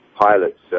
pilots